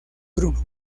bruno